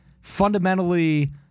fundamentally